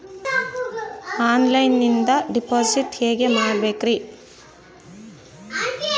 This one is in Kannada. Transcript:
ಆನ್ಲೈನಿಂದ ಡಿಪಾಸಿಟ್ ಹೇಗೆ ಮಾಡಬೇಕ್ರಿ?